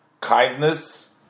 Kindness